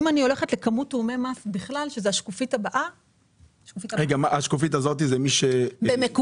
השקופית הזאת מראה את המקוון.